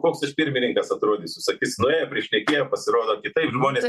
koks ašį pirmininkas atrodysiu sakys nuėjo prišnekėjo pasirodo kitaip žmonės